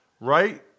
Right